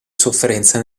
sofferenza